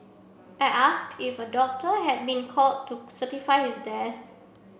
I asked if a doctor had been called to certify his death